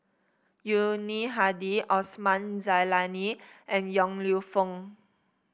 Yuni Hadi Osman Zailani and Yong Lew Foong